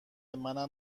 منم